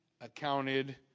accounted